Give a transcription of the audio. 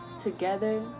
together